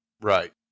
Right